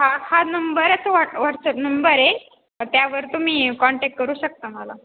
हा हा नंबरच वॉट व्हॉट्सअप नंबर आहे त्यावर तुम्ही कॉन्टॅक करू शकता मला